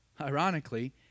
Ironically